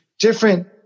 different